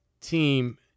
team